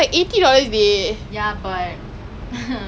but Fortnite eh now is Fortnite birthday right